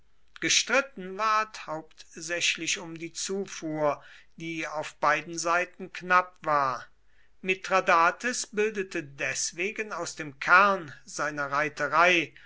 gestritten ward hauptsächlich um die zufuhr die auf beiden seiten knapp war mithradates bildete deswegen aus dem kern seiner reiterei